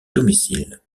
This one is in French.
domicile